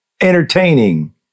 entertaining